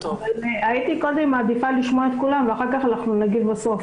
הייתי קודם מעדיפה לשמוע את כולן ואנחנו נגיב בסוף.